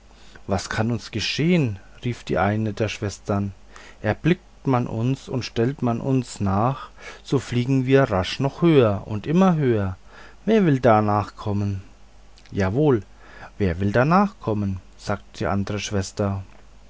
was kann uns geschehn rief die eine der schwestern erblickt man uns und stellt man uns nach so fliegen wir rasch noch höher und immer höher wer will da nachkommen jawohl wer will da nachkommen sagte die andere schwester